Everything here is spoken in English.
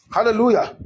Hallelujah